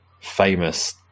famous